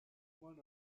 one